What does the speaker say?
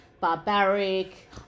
barbaric